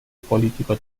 político